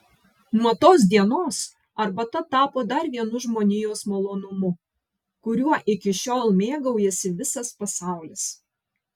nuo tos dienos arbata tapo dar vienu žmonijos malonumu kuriuo iki šiol mėgaujasi visas pasaulis